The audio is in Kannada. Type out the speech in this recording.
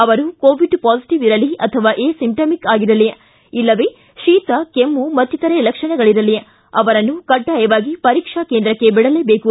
ಅವರು ಕೋವಿಡ್ ಪಾಸಿಟೀವ್ ಇರಲಿ ಅಥವಾ ಎ ಸಿಂಪ್ಟೆಮಿಕ್ ಆಗಿರಲಿ ಇಲ್ಲವೇ ಶೀತ ಕೆಮ್ನು ಮತ್ತಿತರೆ ಲಕ್ಷಣಗಳರಲಿ ಅವರನ್ನು ಕಡ್ಡಾಯವಾಗಿ ಪರೀಕ್ಷಾ ಕೇಂದ್ರಕ್ಕೆ ಬಿಡಲೇಬೇಕು